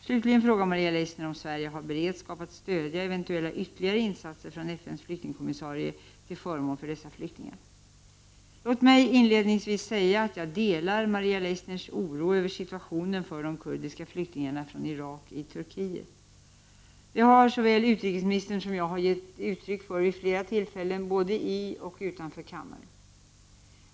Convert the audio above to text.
Slutligen frågar Maria Leissner om Sverige har beredskap för att stödja eventuella ytterligare insatser från FN:s flyktingkommissarie till förmån för dessa flyktingar. Låt mig inledningsvis säga att jag delar Maria Leissners oro över situationen för de kurdiska flyktingarna från Irak i Turkiet. Det har såväl utrikesministern som jag själv gett uttryck för vid flera tillfällen både i och utanför kammaren.